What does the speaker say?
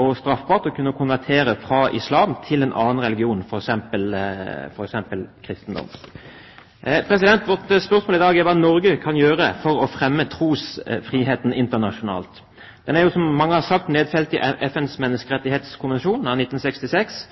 og straffbart å konvertere fra islam til en annen religion, f.eks. kristendommen. Spørsmålet i dag er hva Norge kan gjøre for å fremme trosfriheten internasjonalt. Den er jo, som mange har sagt, nedfelt i FNs menneskerettighetskonvensjon av 1966.